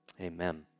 Amen